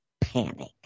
panic